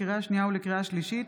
לקריאה שנייה ולקריאה שלישית,